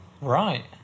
Right